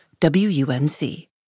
WUNC